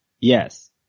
yes